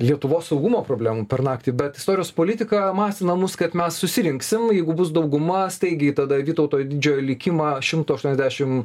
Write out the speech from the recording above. lietuvos saugumo problemų per naktį bet istorijos politika masina mus kad mes susirinksim jeigu bus dauguma staigiai tada vytauto didžiojo likimą šimtu aštuoniasdešim